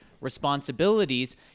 responsibilities